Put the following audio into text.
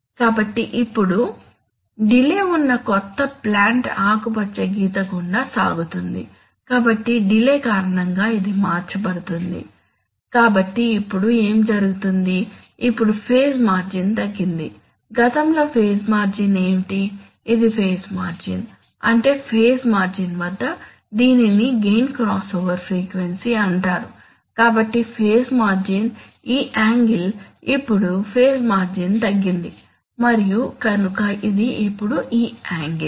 కాబట్టి ఇప్పుడు డిలే ఉన్న కొత్త ప్లాంట్ ఆకుపచ్చ గీత గుండా సాగుతుంది కాబట్టి డిలే కారణంగా ఇది మార్చబడింది కాబట్టి ఇప్పుడు ఏమి జరుగుతుంది ఇప్పుడు ఫేజ్ మార్జిన్ తగ్గింది గతంలో ఫేజ్ మార్జిన్ ఏమిటి ఇది ఫేజ్ మార్జిన్ అంటే ఫేజ్ మార్జిన్ వద్ద దీనిని గెయిన్ క్రాస్ఓవర్ ఫ్రీక్వెన్సీ అంటారు కాబట్టి ఫేజ్ మార్జిన్ ఈ యాంగిల్ ఇప్పుడు ఫేజ్ మార్జిన్ తగ్గింది మరియు కనుక ఇది ఇప్పుడు ఈ యాంగిల్